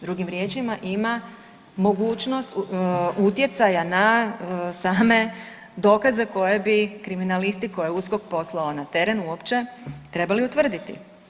Drugim riječima ima mogućnost utjecaja na same dokaze koje bi kriminalisti koje je USKOK poslao na teren uopće trebali utvrditi.